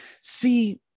See